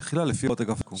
התחילה לפי הוראות אגף השיקום.